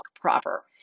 proper